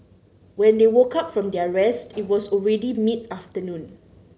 when they woke up from their rest it was already mid afternoon